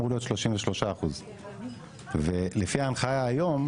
ניידים אמור להיות 33%. לפי ההנחיה היום,